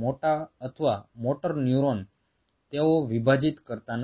મોટા અથવા motor neurons તેઓ વિભાજિત કરતા નથી